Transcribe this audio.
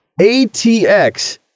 ATX